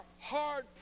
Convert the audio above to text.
hard